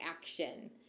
action